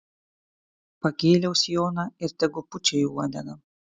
pakėliau sijoną ir tegu pučia į uodegą